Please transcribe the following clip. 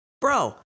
bro